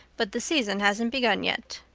but the season hasn't begun yet.